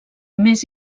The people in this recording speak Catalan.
més